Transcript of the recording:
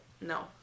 No